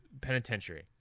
penitentiary